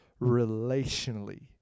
relationally